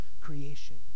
creation